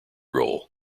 goal